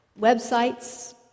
websites